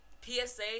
PSA